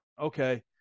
Okay